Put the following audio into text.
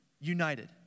united